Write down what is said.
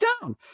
down